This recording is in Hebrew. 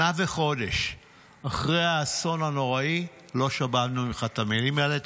שנה וחודש אחרי האסון הנורא לא שמענו ממך את המילים האלה.